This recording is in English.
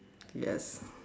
yes